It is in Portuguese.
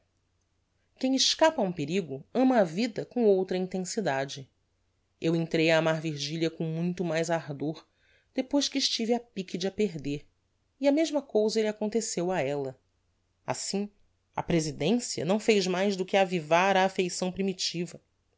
quem escapa a um perigo ama a vida com outra intensidade eu entrei a amar virgilia com muito mais ardor depois que estive a pique de a perder e a mesma cousa lhe aconteceu a ella assim a presidencia não fez mais do que avivar a affeição primitiva